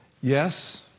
Yes